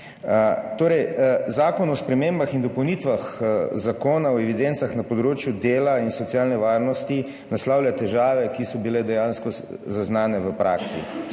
širše. Zakon o spremembah in dopolnitvah Zakona o evidencah na področju dela in socialne varnosti naslavlja težave, ki so bile dejansko zaznane v praksi.